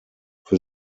für